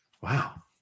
wow